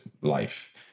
life